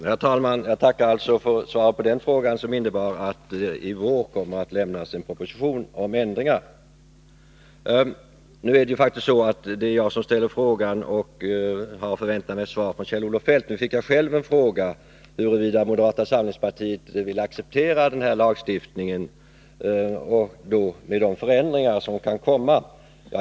Herr talman! Jag tackar för detta svar, som innebär att det i vår kommer att lämnas en proposition om ändringar. Det är faktiskt jag som har ställt frågan och förväntat mig att få svar från Kjell-Olof Feldt. Nu fick jag själv en fråga huruvida moderata samlingspartiet vill acceptera denna lagstiftning med de förändringar som kan komma.